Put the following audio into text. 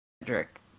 Cedric